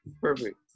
Perfect